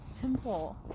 simple